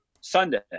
Sunday